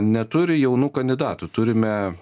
neturi jaunų kandidatų turime